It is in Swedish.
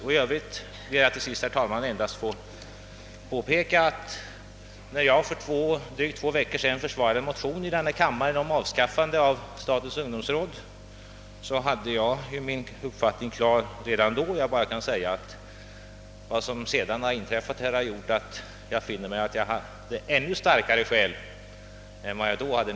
Till sist ber jag, herr talman, endast att få påpeka att jag, redan då jag för drygt två veckor sedan försvarade en motion i denna kammare, hade min uppfattning i saken klar. Jag kan nu bara säga att vad som sedan inträffat ger vid handen att mina skäl var ännu starkare än jag då visste.